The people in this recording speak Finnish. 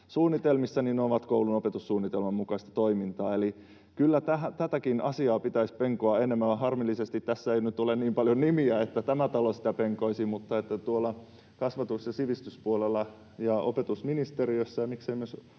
suunnitelmissa, ovat koulun opetussuunnitelman mukaista toimintaa. Eli kyllä tätäkin asiaa pitäisi penkoa enemmän. Harmillisesti tässä ei nyt ole niin paljon nimiä, että tämä talo sitä penkoisi, mutta tuolla kasvatus‑ ja sivistyspuolella ja opetusministeriössä — ja miksei myös